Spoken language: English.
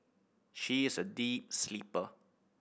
she is a deep sleeper